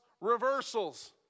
reversals